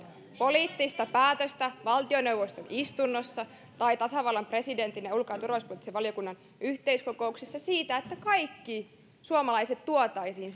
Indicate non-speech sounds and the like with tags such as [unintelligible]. poliittista päätöstä valtioneuvoston istunnossa tai tasavallan presidentin ja ulko ja turvallisuuspoliittisen valiokunnan yhteiskokouksissa siitä että kaikki suomalaiset tuotaisiin [unintelligible]